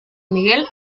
miguel